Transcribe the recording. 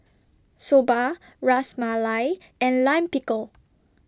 Soba Ras Malai and Lime Pickle